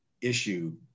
issue